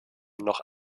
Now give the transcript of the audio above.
noch